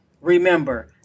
Remember